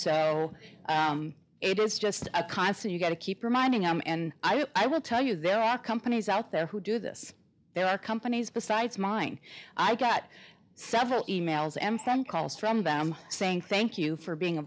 so it was just a constant you got to keep reminding him and i will tell you there are companies out there who do this there are companies besides mine i got several e mails and some calls from them saying thank you for being a